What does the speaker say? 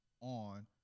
on